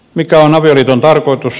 mikä on avioliiton tarkoitus